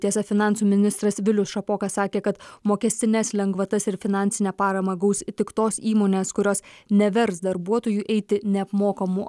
tiesa finansų ministras vilius šapoka sakė kad mokestines lengvatas ir finansinę paramą gaus tik tos įmonės kurios nevers darbuotojų eiti neapmokamų